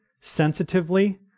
sensitively